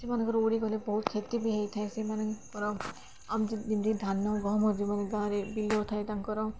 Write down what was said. ସେମାନଙ୍କର ଉଡ଼ିଗଲେ ବହୁତ କ୍ଷତି ବି ହେଇଥାଏ ସେମାନଙ୍କର ଆମ ଯେମିତି ଧାନ ଗହମ ଯେଉଁମାନେ ଗାଁରେ ବିଲ ଥାଏ ତାଙ୍କର